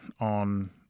on